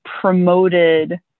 promoted